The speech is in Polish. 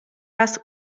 raz